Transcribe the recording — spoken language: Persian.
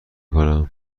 کنم